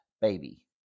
baby